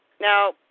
Now